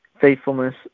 faithfulness